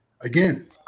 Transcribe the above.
again